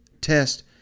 test